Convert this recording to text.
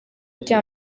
cya